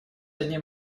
одним